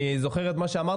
אני זוכר את מה שאמרת.